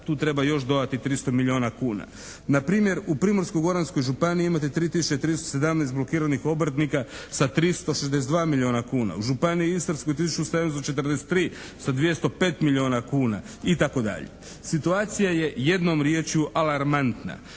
tu treba još dodati 300 milijuna kuna. Na primjer, u Primorsko-goranskoj županiji imate 3 tisuće 317 blokiranih obrtnika sa 362 milijuna kuna. U Županiji istarskoj tisuću 743 sa 205 milijuna kuna itd. Situacija je jednom riječju alarmantna.